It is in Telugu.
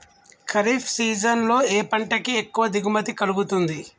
ఖరీఫ్ సీజన్ లో ఏ పంట కి ఎక్కువ దిగుమతి కలుగుతుంది?